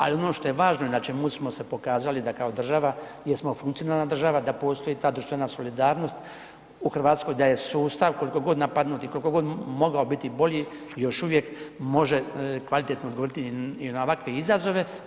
Ali ono što je važno i na čemu smo se pokazali da kao država jesmo funkcionalna država, da postoji ta društvena solidarnost u Hrvatskoj, da je sustav koliko god napadnut i koliko mogao biti bolji još uvijek može kvalitetno odgovoriti i na ovakve izazove.